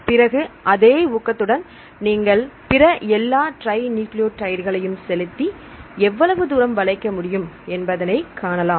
பிறகு அதே ஊக்கத்துடன் நீங்கள் பிற எல்லா ட்ரை நியூக்ளியோடைடுகளையும் செலுத்தி எவ்வளவு தூரம் வளைக்க முடியும் என்பதனை காணலாம்